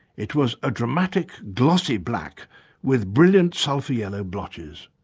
it was a dramatic glossy black with brilliant sulphur-yellow blotches.